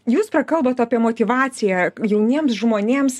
jūs prakalbot apie motyvaciją jauniems žmonėms